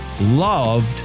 loved